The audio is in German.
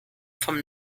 vom